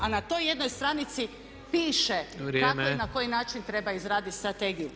A na toj jednoj stranici piše kako i na koji način treba izraditi strategiju.